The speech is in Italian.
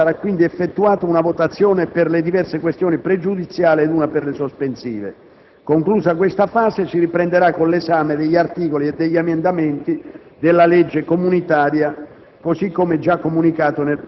Sempre in base al Regolamento, sarà quindi effettuata una votazione per le diverse questioni pregiudiziali, ed una per le eventuali sospensive. Conclusa questa fase, si riprenderà con l'esame degli articoli e degli emendamenti della Legge comunitaria.